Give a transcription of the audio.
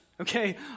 okay